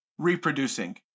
reproducing